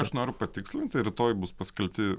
aš noriu patikslinti rytoj bus paskelbti